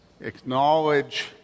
acknowledge